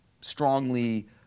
strongly